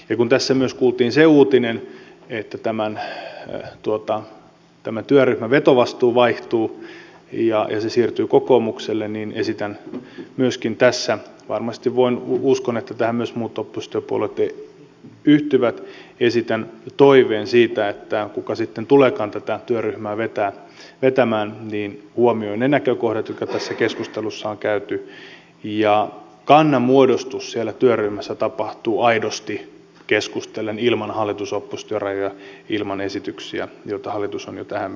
ja kun tässä myös kuultiin se uutinen että tämän työryhmän vetovastuu vaihtuu ja se siirtyy kokoomukselle niin esitän myöskin tässä uskon että tähän varmasti myös muut oppositiopuolueet yhtyvät toiveen siitä että kuka sitten tuleekaan tätä työryhmää vetämään niin hän huomioi ne näkökohdat jotka tässä keskustelussa on käyty ja kannanmuodostus siellä työryhmässä tapahtuu aidosti keskustellen ilman hallitusoppositio rajoja ilman esityksiä joita hallitus on jo tähän mennessä tehnyt